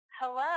Hello